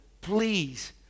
Please